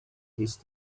his